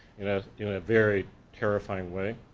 you know you know in a very terrifying way,